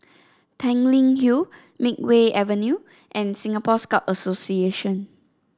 Tanglin Hill Makeway Avenue and Singapore Scout Association